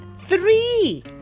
three